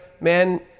man